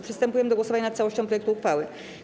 Przystępujemy do głosowania nad całością projektu uchwały.